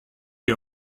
que